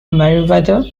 meriwether